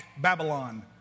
Babylon